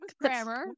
grammar